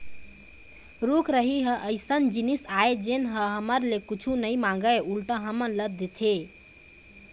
रूख राई ह अइसन जिनिस आय जेन ह हमर ले कुछु नइ मांगय उल्टा हमन ल देथे